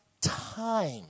time